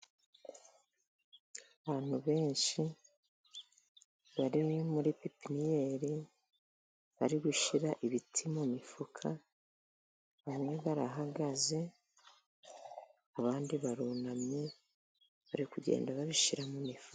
Abantu benshi bari muri pepiniyeri bari gushyira ibiti mu mifuka, bamwe barahagaze ,abandi barunamye ,bari kugenda babishyira mu mifuka.